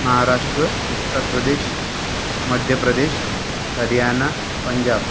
Maharashtra Uttar Pradesh Madhya Pradesh Haryana Punjab